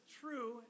true